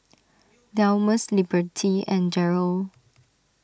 Delmus Liberty and Jarrell